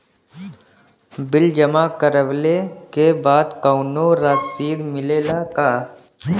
Bill जमा करवले के बाद कौनो रसिद मिले ला का?